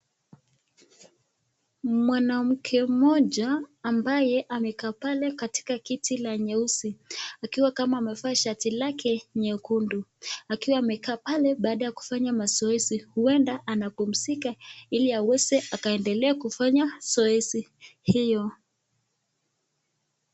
Mwanamke mmoja ambaye amekaa pale katika kiti la nyeusi, akiwa kama amevaa shati lake nyekundu. Akiwa amekaa pale baada ya kufanya mazoezi huenda anapumzika ili aweze akaendelee kufanya zoezi hiyo.